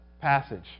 passage